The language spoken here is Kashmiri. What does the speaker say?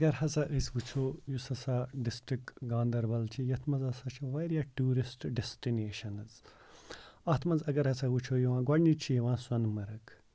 اَگر ہسا أسۍ وٕچھو یُس ہسا ڈِسٹرک گاندربَل چھِ یَتھ منٛز ہسا چھِ واریاہ ٹوٗرِسٹ ڈیسٹِنیشنز اَتھ منٛز اَگر ہسا وٕچھو یِوان گۄڈٕنیُک چھُ یِوان سونَمرٕگ